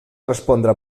respondre